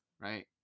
right